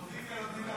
מס' 38), התשפ"ד 2024,